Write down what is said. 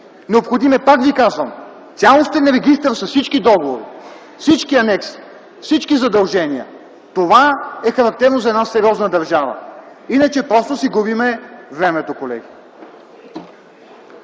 необходим е цялостен регистър с всички договори, с всички анекси, с всички задължения. Това е характерно за една сериозна държава. Иначе просто си губим времето, колеги.